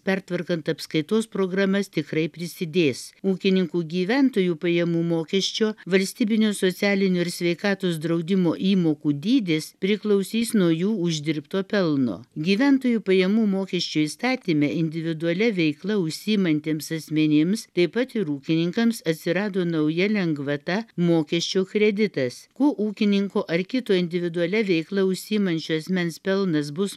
pertvarkant apskaitos programas tikrai prisidės ūkininkų gyventojų pajamų mokesčio valstybinio socialinio ir sveikatos draudimo įmokų dydis priklausys nuo jų uždirbto pelno gyventojų pajamų mokesčio įstatyme individualia veikla užsiimantiems asmenims taip pat ir ūkininkams atsirado nauja lengvata mokesčio kreditas kuo ūkininko ar kito individualia veikla užsiimančio asmens pelnas bus